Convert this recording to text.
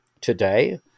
today